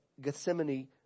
gethsemane